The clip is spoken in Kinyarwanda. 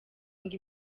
ngo